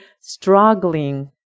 struggling